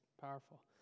powerful